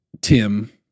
Tim